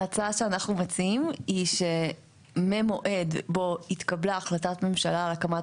ההצעה שאנחנו מציעים היא שממועד בו התקבלה החלטת ממשלה על הקמת